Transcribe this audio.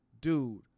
dude